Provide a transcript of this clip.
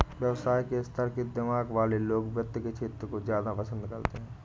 व्यवसाय के स्तर के दिमाग वाले लोग वित्त के क्षेत्र को ज्यादा पसन्द करते हैं